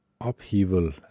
upheaval